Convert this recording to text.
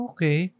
Okay